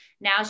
Now